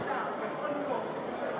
אדוני השר, יכול להיות שהביטוח הלאומי עושה יותר